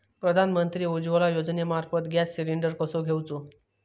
प्रधानमंत्री उज्वला योजनेमार्फत gas cylinder कसो घेऊचो?